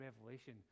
revelation